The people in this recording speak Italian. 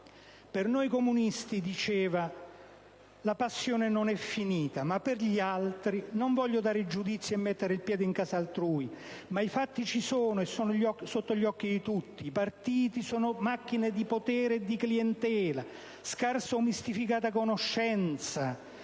"Per noi comunisti la passione non è finita. Ma per gli altri? Non voglio dar giudizi e mettere il piede in casa altrui, ma i fatti ci sono e sono sotto gli occhi di tutti. I partiti sono soprattutto macchine di potere e di clientela: scarsa o mistificata conoscenza,